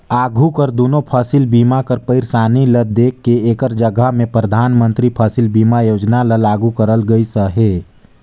आघु कर दुनो फसिल बीमा कर पइरसानी ल देख के एकर जगहा में परधानमंतरी फसिल बीमा योजना ल लागू करल गइस अहे